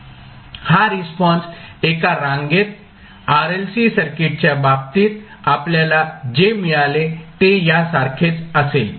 हा रिस्पॉन्स एका रांगेत RLC सर्किटच्या बाबतीत आपल्याला जे मिळाले ते ह्या सारखेच असेल